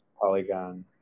polygon